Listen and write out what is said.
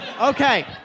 okay